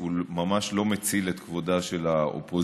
הוא ממש לא מציל את כבודה של האופוזיציה,